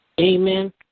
Amen